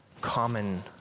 common